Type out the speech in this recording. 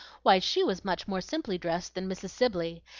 why, she was much more simply dressed than mrs. sibley,